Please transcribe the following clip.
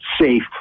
safe